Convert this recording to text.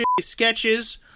sketches